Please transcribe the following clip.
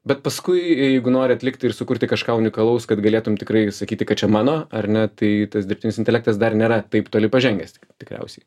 bet paskui jeigu nori atlikti ir sukurti kažką unikalaus kad galėtum tikrai sakyti kad čia mano ar ne tai tas dirbtinis intelektas dar nėra taip toli pažengęs tikriausiai